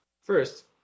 First